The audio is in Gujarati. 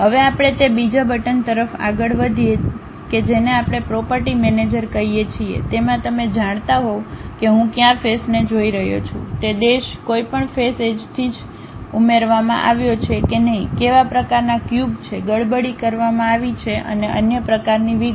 હવે આપણે તે બીજા બટન તરફ આગળ વધીએ કે જેને આપણે પ્રોપર્ટી મેનેજર કહીએ છીએ તેમાં તમે જાણતા હોવ કે હું કયા ફેસને જોઈ રહ્યો છું તે દેશ કોઈપણ ફેસ એજ થી ઉમેરવામાં આવ્યો છે કે નહીં કેવા પ્રકારનાં cube છે ગડબડી કરવામાં આવી છે અને અન્ય પ્રકારની વિગતો